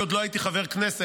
אני עוד לא הייתי חבר כנסת.